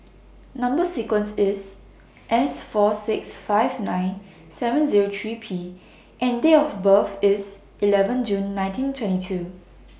Number sequence IS S four six five nine seven Zero three P and Date of birth IS eleven June nineteen twenty two